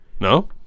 No